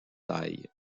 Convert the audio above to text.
taille